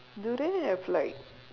do they have like